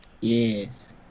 Yes